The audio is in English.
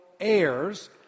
heirs